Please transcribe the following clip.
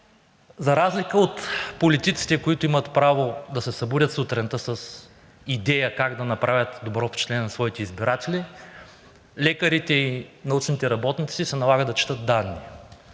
За разлика от политиците, които имат право да се събудят сутринта с идея как да направят добро впечатление на своите избиратели, на лекарите и научните работници се налага да четат данни,